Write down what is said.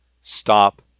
stop